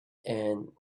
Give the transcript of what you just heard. and